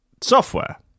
Software